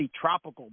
Tropical